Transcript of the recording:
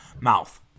mouth